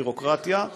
ביורוקרטיה,